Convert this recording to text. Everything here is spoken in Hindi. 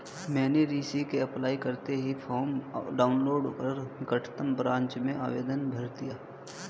मैंने ऋण के अप्लाई करते ही फार्म डाऊनलोड कर निकटम ब्रांच में आवेदन भर दिया